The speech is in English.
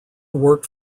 worked